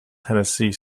tennessee